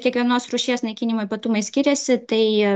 ir kiekvienos rūšies naikinimo ypatumai skiriasi tai